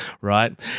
right